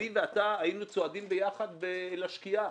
אני ואתה היינו צועדים ביחד לשקיעה